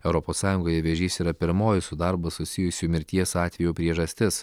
europos sąjungoje vėžys yra pirmoji su darbu susijusių mirties atvejų priežastis